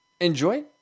Enjoy